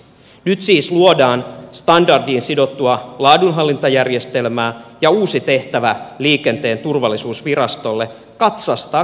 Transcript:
nyt siis luodaan standardiin sidottua laadunhallintajärjestelmää ja uusi tehtävä liikenteen turvallisuusvirastolle katsastaa katsastettuja autoja